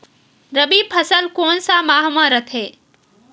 रबी फसल कोन सा माह म रथे?